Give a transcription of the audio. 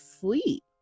sleep